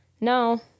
no